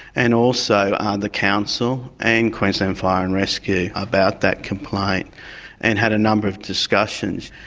and also ah the council and queensland fire and rescue about that complaint and had a number of discussions.